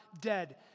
dead